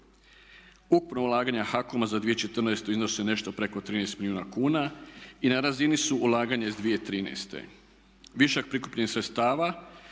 Ukupna ulaganja HAKOM-a za 2014. iznose nešto preko 13 milijuna kuna i na razini su ulaganja iz 2013. Višak prikupljenih sredstava